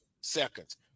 seconds